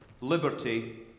liberty